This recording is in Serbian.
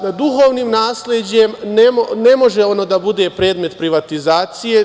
Duhovnim nasleđem ne može ono da bude predmet privatizacije.